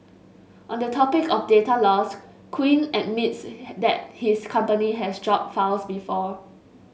on the topic of data loss Quinn admits that his company has dropped files before